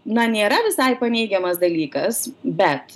na nėra visai paneigiamas dalykas bet